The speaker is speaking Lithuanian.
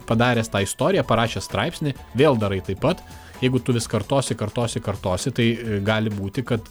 padaręs tą istoriją parašęs straipsnį vėl darai taip pat jeigu tu vis kartosi kartosi kartosi tai gali būti kad